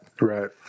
Right